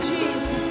Jesus